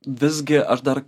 visgi aš dar